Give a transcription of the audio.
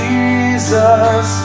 Jesus